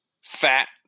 fat